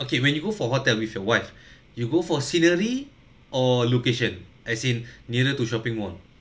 okay when you go for hotel with your wife you go for scenery or location as in nearer to shopping mall